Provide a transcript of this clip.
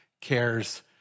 cares